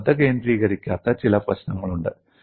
നിങ്ങൾ ശ്രദ്ധ കേന്ദ്രീകരിക്കാത്ത ചില പ്രശ്നങ്ങളുണ്ട്